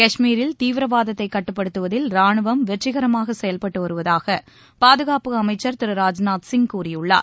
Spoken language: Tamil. கஷ்மீரில் தீவிரவாதத்தை கட்டுப்படுத்துவதில் ராணுவம் வெற்றிகரமாக செயல்பட்டு வருவதாக பாதுகாப்பு அமைச்சர் திரு ராஜ்நாத் சிங் கூறியுள்ளார்